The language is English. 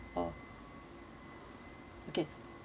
oh okay